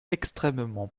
extrêmement